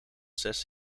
zes